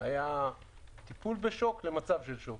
היה טיפול בשוק למצב של שוק.